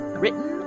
written